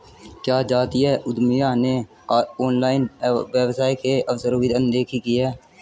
क्या जातीय उद्यमियों ने ऑनलाइन व्यवसाय के अवसरों की अनदेखी की है?